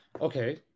Okay